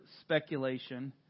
speculation